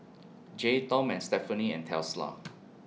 Jays Tom and Stephanie and Tesla